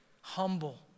Humble